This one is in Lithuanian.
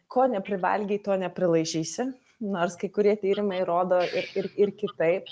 ko neprivalgei to neprilaižysi nors kai kurie tyrimai rodo i ir ir kitaip